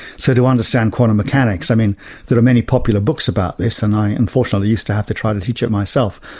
so to understand quantum mechanics i mean there are many popular books about this, and i unfortunately used to have to try to teach it myself.